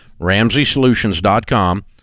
RamseySolutions.com